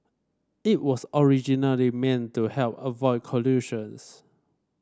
it was original them meant to help avoid collisions